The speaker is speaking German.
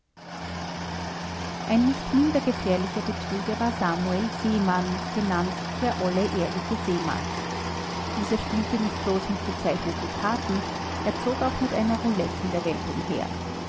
ein nicht minder gefährlicher betrüger war samuel seemann genannt der olle ehrliche seemann dieser spielte nicht bloß mit gezeichneten karten er zog auch mit einer roulette in der welt umher